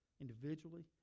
individually